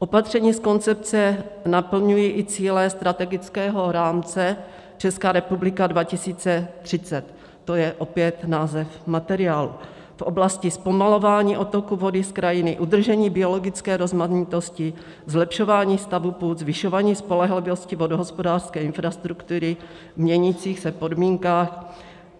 Opatření z koncepce naplňují i cíle Strategického rámce Česká republika 2030 to je opět název materiálu v oblasti zpomalování odtoku vody z krajiny, udržení biologické rozmanitosti, zlepšování stavu půd, zvyšování spolehlivosti vodohospodářské infrastruktury v měnících se podmínkách,